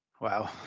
wow